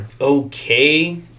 okay